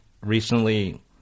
recently